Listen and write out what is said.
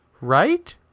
Right